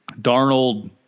Darnold